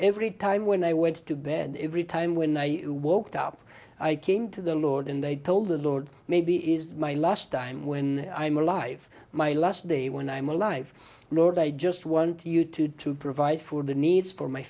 every time when i went to bed every time when i walked up i came to the lord and they told the lord maybe is my last time when i'm alive my last day when i'm alive lord i just want you to to provide for the needs for my